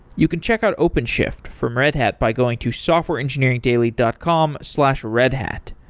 you can check out openshift from red hat by going to softwareengineeringdaily dot com slash redhat.